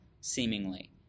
seemingly